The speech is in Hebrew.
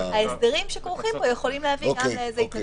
ההסדרים שכרוכים פה יכולים להביא גם לאיזו התנגשות.